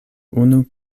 unu